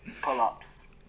pull-ups